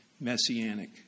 messianic